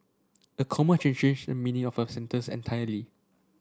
the comma change a meaning of a sentence entirely